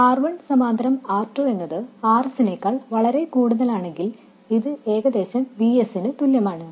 R1 സമാന്തരം R2 എന്നത് Rs നേക്കാൾ വളരേ കൂടുതലാണെങ്കിൽ ഇത് ഏകദേശം V s ന് തുല്യമാണ്